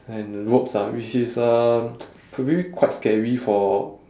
and ropes ah which is um could maybe quite scary for